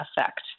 effect